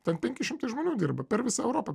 ten penki šimtai žmonių dirba per visą europą